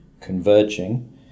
converging